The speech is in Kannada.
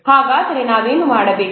ಹಾಗಾದರೆ ನಾವೇನು ಮಾಡಬೇಕು